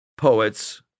poets